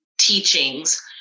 teachings